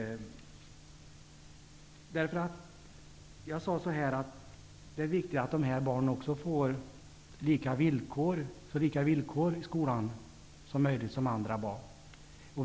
Det är alltså viktigt med likvärdiga villkor i skolan när det gäller barn med nämnda handikapp och andra barn.